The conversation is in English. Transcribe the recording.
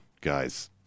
guys